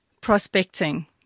prospecting